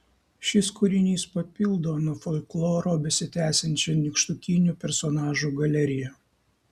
šis kūrinys papildo nuo folkloro besitęsiančią nykštukinių personažų galeriją